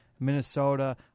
Minnesota